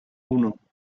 uno